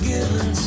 Given